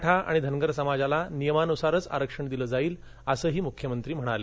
मराठा आणि धनगर समाजाला नियमानुसारच आरक्षण दिलं जाईल असंही मुख्यमंत्री म्हणाले